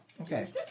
Okay